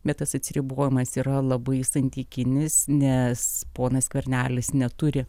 bet tas atsiribojimas yra labai santykinis nes ponas skvernelis neturi